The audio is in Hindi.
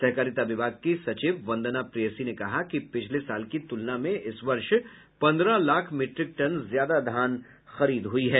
सहकारिता विभाग की सचिव वंदना प्रियसी ने कहा कि पिछले साल की तुलना में इस वर्ष पन्द्रह लाख मीट्रिक टन ज्यादा धान खरीद हुई है